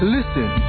Listen